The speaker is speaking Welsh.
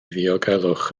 ddiogelwch